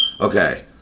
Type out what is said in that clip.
Okay